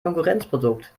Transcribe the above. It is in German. konkurrenzprodukt